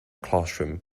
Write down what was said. classroom